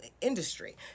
industry